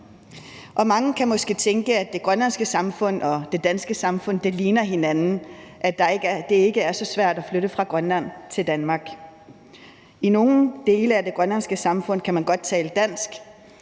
Mange kan måske tænke, at det grønlandske samfund og det danske samfund ligner hinanden, og at det ikke er så svært at flytte fra Grønland til Danmark. I nogle dele af det grønlandske samfund kan man godt tale dansk,